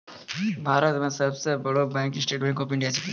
भारतो मे सब सं बड़ो bank State Bank of India छिकै